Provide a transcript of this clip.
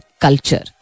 culture